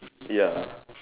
ya